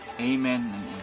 Amen